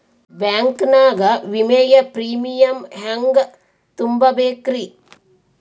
Bank ನಾಗ ವಿಮೆಯ premium ಹೆಂಗ್ ತುಂಬಾ ಬೇಕ್ರಿ?